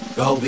go